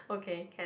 okay can